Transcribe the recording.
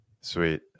Sweet